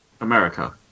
America